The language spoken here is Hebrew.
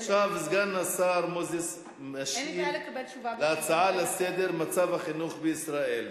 עכשיו השר מוזס משיב על הצעה לסדר בנושא מצב החינוך בישראל.